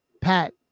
Pat